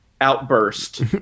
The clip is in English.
outburst